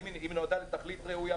האם היא נועדה לתכלית ראויה.